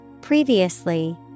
previously